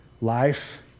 life